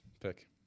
pick